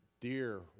dear